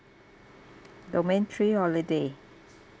domain three holiday